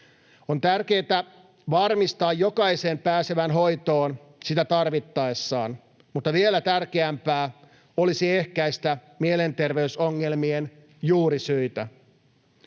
On tärkeätä varmistaa jokaisen pääsevän hoitoon sitä tarvitessaan, mutta vielä tärkeämpää olisi ehkäistä mielenterveysongelmien juurisyitä.